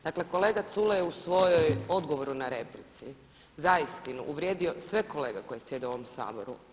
Dakle kolega Culej je u svojoj odgovoru na replici zaistinu uvrijedio sve kolege koji sjede u ovom Saboru.